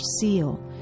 seal